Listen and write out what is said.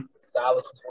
Silas